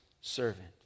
servant